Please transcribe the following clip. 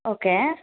okay